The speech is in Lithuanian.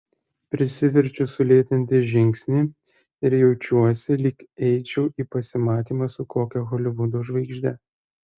prisiverčiu sulėtinti žingsnį ir jaučiuosi lyg eičiau į pasimatymą su kokia holivudo žvaigžde